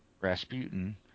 Rasputin